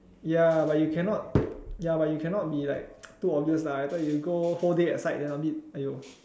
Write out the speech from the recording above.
ya but you cannot ya but you cannot be too obvious lah later you go whole day at site then !aiyo!